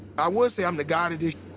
i would say i'm the god of this.